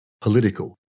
Political